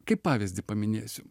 kaip pavyzdį paminėsiu